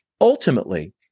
Ultimately